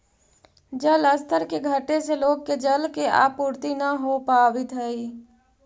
जलस्तर के घटे से लोग के जल के आपूर्ति न हो पावित हई